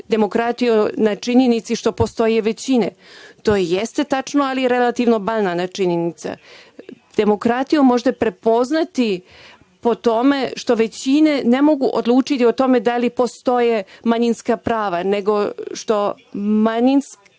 demokratiju na činjenici što postoje većine. To jeste tačno, ali relativno banalna činjenica. Demokratiju možete prepoznati po tome što većine ne mogu odlučiti o tome da li postoje manjinska prava, nego što manjine